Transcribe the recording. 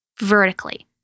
vertically